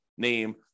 Name